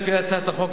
על-פי הצעת החוק,